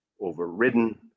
overridden